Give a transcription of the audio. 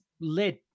led